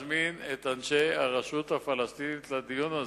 זה גם להזמין את אנשי הרשות הפלסטינית לדיון הזה.